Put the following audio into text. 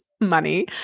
money